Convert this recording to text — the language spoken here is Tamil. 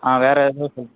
ஆ வேறு